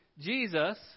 Jesus